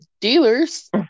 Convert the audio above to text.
dealers